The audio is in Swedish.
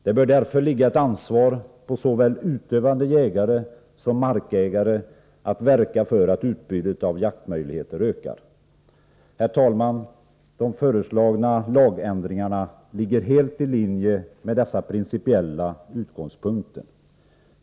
Det bör därför ligga ett ansvar på såväl utövande jägare som markägare att verka för att utbudet av jaktmöjligheter ökar. Herr talman! De föreslagna lagändringarna ligger helt i linje med dessa principiella utgångspunkter.